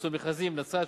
פרסום מכרזים: נצרת,